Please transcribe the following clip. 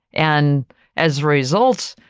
and as result,